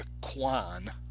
Jaquan